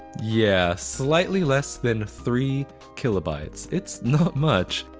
yeah, slightly less than three kb. ah it's it's not much.